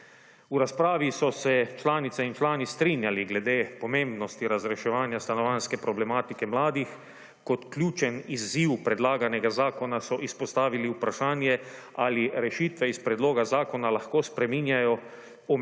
V razpravi so se članice in člani strinjali glede pomembnosti razreševanja stanovanjske problematike mladih. Kot ključen izziv predlaganega zakona so izpostavili vprašanje ali rešitve iz predloga zakona lahko spreminjajo